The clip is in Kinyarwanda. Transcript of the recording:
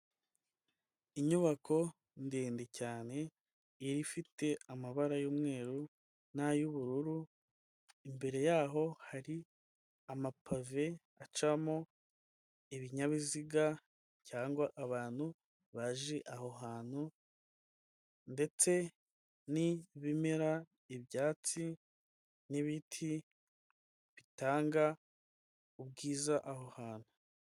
Inyubako ndende cyane ifite amabara y'umweru n'ay'ubururu, imbere yaho hari amapave acamo ibinyabiziga cyangwa abantu baje aho hantu, ndetse n'ibimera, ibyatsi n'ibiti bitanga ubwiza aho hantu.